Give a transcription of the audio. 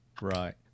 Right